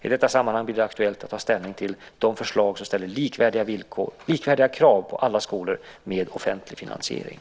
I detta sammanhang blir det aktuellt att ta ställning till förslag som ställer likvärdiga krav på alla skolor med offentlig finansiering.